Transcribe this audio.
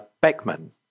Beckman